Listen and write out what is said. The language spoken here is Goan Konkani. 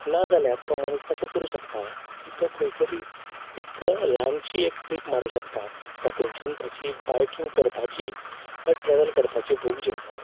नाजाल्यार तो मनीस अशें करूं शकता की तो खंयतरी एक ल्हानशी एक ट्रीप मारूं शकता जातून ताची बायकींग करपाची वा ट्रेवल करपाची भूक जी आसा